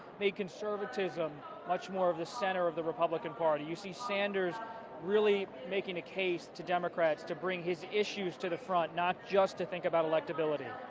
conservatism much more of the center of the republican party. you see sanders really making a case to democrats to bring his issue to the front, not just to think about electability.